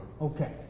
Okay